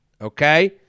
okay